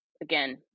again